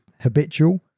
habitual